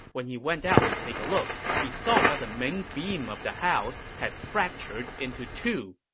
when he went out to take a look, he saw that the main beam of the house had fractured into two.